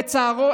לצערו,